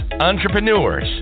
entrepreneurs